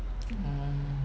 orh